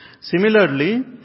Similarly